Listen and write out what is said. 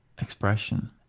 expression